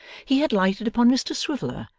he had lighted upon mr swiveller,